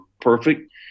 perfect